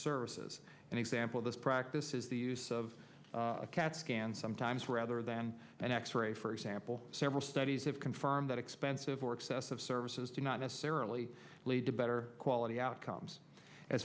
services and example this practice is the use of a cat scan sometimes rather than an x ray for example several studies have confirmed that expensive or excessive services do not necessarily lead to better quality outcomes a